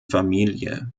familie